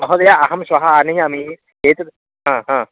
महोदय अहं श्वः आनयामि एतद् हा हा